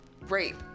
rape